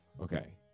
Okay